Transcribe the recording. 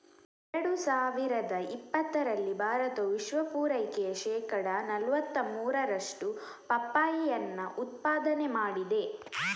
ಎರಡು ಸಾವಿರದ ಇಪ್ಪತ್ತರಲ್ಲಿ ಭಾರತವು ವಿಶ್ವ ಪೂರೈಕೆಯ ಶೇಕಡಾ ನಲುವತ್ತ ಮೂರರಷ್ಟು ಪಪ್ಪಾಯಿಯನ್ನ ಉತ್ಪಾದನೆ ಮಾಡಿದೆ